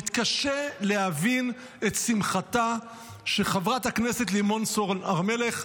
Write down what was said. מתקשה להבין את שמחתה של חברת הכנסת לימור סון הר מלך,